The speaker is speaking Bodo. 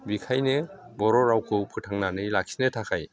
बिखायनो बर' रावखौ फोथांनानै लाखिनो थाखाय